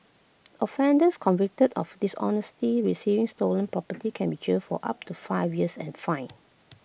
offenders convicted of dishonestly receiving stolen property can be jailed for up to five years and fined